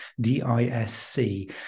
D-I-S-C